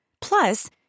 Plus